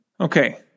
Okay